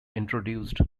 introduced